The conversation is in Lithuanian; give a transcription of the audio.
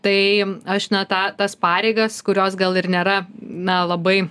tai aš na tą tas pareigas kurios gal ir nėra na labai